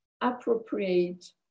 appropriate